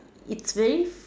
it's very